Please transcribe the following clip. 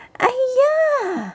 !aiya!